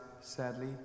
sadly